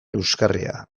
euskarria